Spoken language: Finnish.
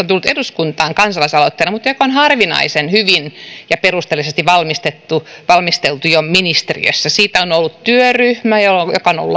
tullut eduskuntaan kansalaisaloitteena mutta joka on harvinaisen hyvin ja perusteellisesti valmisteltu jo ministeriössä siitä on ollut työryhmä ja luonnos on ollut